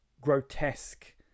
grotesque